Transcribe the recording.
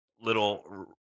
little